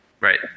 Right